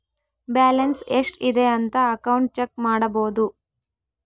balance ಎಷ್ಟ್ ಇದೆ ಅಂತ ಅಕೌಂಟ್ ಚೆಕ್ ಮಾಡಬೋದು